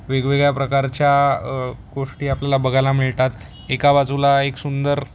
वेगवेगळ्या प्रकारच्या गोष्टी आपल्याला बघायला मिळतात एका बाजूला एक सुंदर